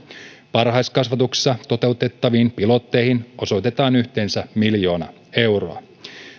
varhaiskasvatuksessa toteutettaviin pilotteihin osoitetaan yhteensä miljoona euroa